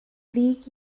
ddig